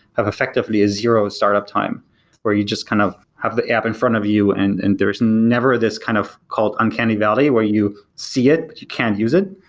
have effectively a zero startup time where you just kind of have the app in front of you and there is never this kind of called uncanny valley, where you see it, but you can't use it.